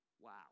Wow